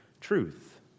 truth